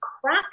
crack